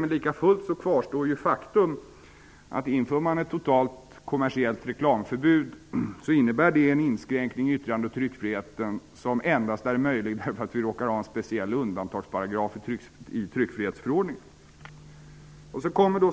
Men lika fullt kvarstår faktum, att inför man ett totalt kommersiellt reklamförbud så innebär det en inskränkning i yttrande och tryckfriheten som endast är möjlig därför att vi råkar ha en speciell undantagsparagraf i tryckfrihetsförordningen.